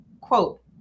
quote